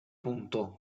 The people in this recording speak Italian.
punto